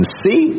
see